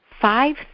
five